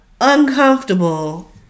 uncomfortable